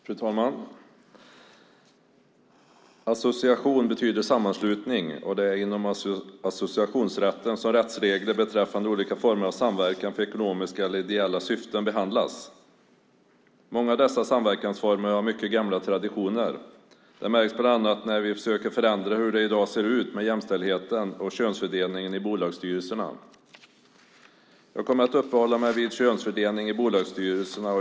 Fru talman! Association betyder sammanslutning. Det är inom associationsrätten som rättsregler beträffande olika former av samverkan för ekonomiska eller ideella syften behandlas. Många av dessa samverkansformer har mycket gamla traditioner. Det märks bland annat när vi försöker förändra hur det i dag ser ut med jämställdheten och könsfördelningen i bolagsstyrelserna. Jag kommer att uppehålla mig vid könsfördelningen i bolagsstyrelserna.